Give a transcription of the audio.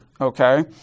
Okay